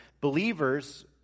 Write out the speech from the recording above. believers